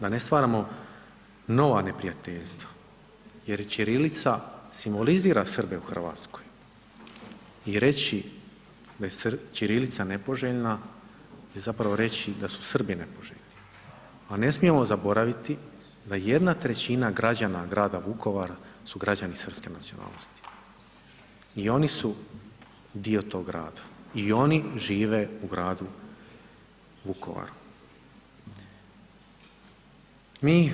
Da ne stvaramo nova neprijateljstva jer ćirilica simbolizira Srbe i Hrvatskoj i reći da je ćirilica nepoželjna je zapravo reći da su Srbi nepoželjni, a ne smijemo zaboraviti da jedna trećina građana grada Vukovara su građani srpske nacionalnosti i oni su dio tog grada i oni žive u gradu Vukovaru.